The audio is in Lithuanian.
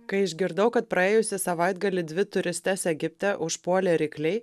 kai išgirdau kad praėjusį savaitgalį dvi turistes egipte užpuolė rykliai